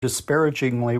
disparagingly